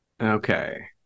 Okay